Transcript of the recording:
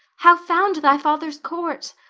how found thy father's court?